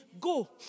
go